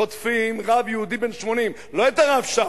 חוטפים רב יהודי בן 80, לא את הרב שך,